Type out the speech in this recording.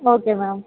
okay ma'am